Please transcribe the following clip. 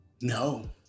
No